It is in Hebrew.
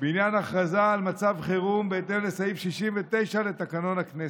בעניין הכרזה על מצב חירום בהתאם לסעיף 69 לתקנון הכנסת.